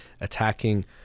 attacking